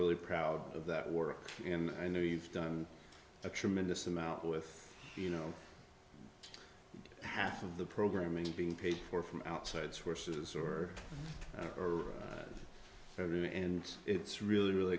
really proud of that work and i know you've done a tremendous amount with you know half of the programming being paid for from outside sources or or very and it's really really